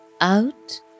out